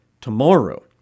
tomorrow